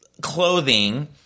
clothing